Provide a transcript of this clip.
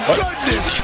goodness